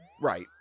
Right